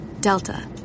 Delta